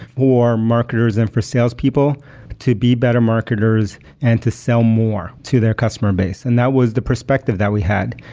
or marketers and for salespeople to be better marketers and to sell more to their customer base. and that was the perspective that we had.